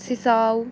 सिसाऊ